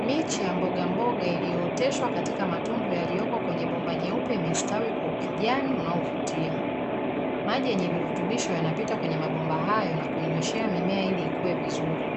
Miche ya mbogamboga iliyooteshwa katika matundu yalioko kwenye bomba nyeupe yenye mstari ya kijani, unaovutia, maji yenye virutubisho yanapita kwenye mabomba hayo kunyeshea mimea ili ikue vizuri.